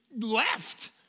left